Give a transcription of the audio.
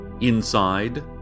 Inside